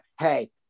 hey